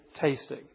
tasting